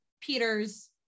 Peter's